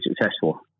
successful